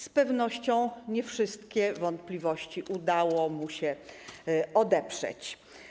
Z pewnością nie wszystkie wątpliwości udało mu się odeprzeć.